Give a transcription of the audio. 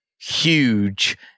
huge